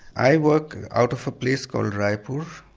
i work out of a place called raipur.